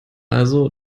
also